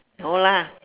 no lah